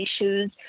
issues